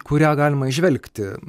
kurią galima įžvelgti